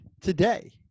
today